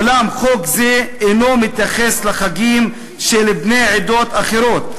אולם חוק זה אינו מתייחס לחגים של בני עדות אחרות.